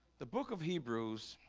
the book of hebrews